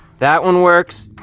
that one works.